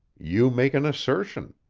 you make an assertion.